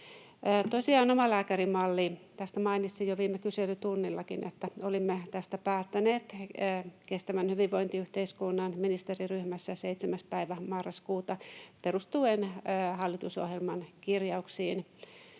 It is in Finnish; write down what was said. omalääkärimallista mainitsin jo viime kyselytunnillakin, että olimme tästä päättäneet kestävän hyvinvointiyhteiskunnan ministeriryhmässä 7. päivä marraskuuta, perustuen hallitusohjelman kirjauksiin.